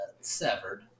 severed